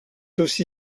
aussi